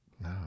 No